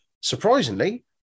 Surprisingly